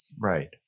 Right